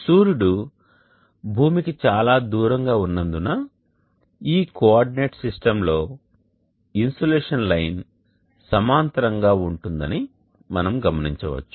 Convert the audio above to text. సూర్యుడు భూమికి చాలా దూరంగా ఉన్నందున ఈ కోఆర్డినేట్ సిస్టమ్లో ఇన్సోలేషన్ లైన్ సమాంతరంగా ఉంటుందని మనం గమనించవచ్చు